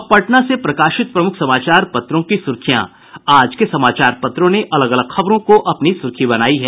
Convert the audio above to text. अब पटना से प्रकाशित प्रमुख समाचार पत्रों की सुर्खियां आज के समाचार पत्रों ने अलग अलग खबरों की अपनी सुर्खी बनायी है